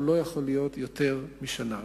הוא לא יכול להיות יותר משנה.